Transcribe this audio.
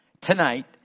tonight